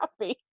happy